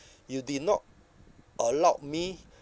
you did not allow me